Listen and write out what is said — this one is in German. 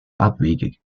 abwegig